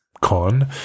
con